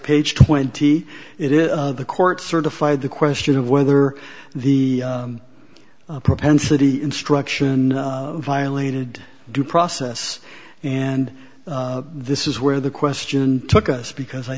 page twenty it is the court certified the question of whether the propensity instruction violated due process and this is where the question took us because i